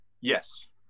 Yes